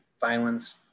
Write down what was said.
violence